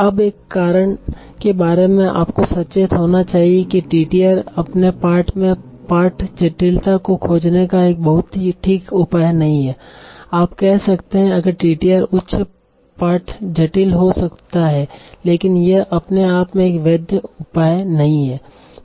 अब एक कारण के बारे में आपको सचेत होना चाहिए कि टीटीआर अपने आप में पाठ जटिलता को खोजने का एक बहुत ही ठीक उपाय नहीं है आप कह सकते हैं अगर टीटीआर उच्च पाठ जटिल हो सकता है लेकिन यह अपने आप में एक वैध उपाय नहीं है